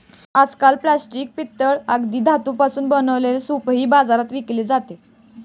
आजकाल प्लास्टिक, पितळ आदी धातूंपासून बनवलेले सूपही बाजारात विकले जात आहेत